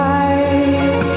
eyes